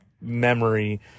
memory